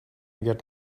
get